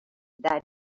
that